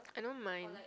I don't mind